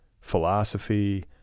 philosophy